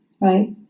right